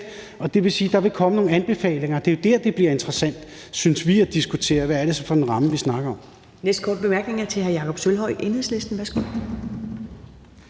og det vil sige, at der vil komme nogle anbefalinger. Det er jo der, det bliver interessant, synes vi, at diskutere, hvad det så er for en ramme, vi snakker om.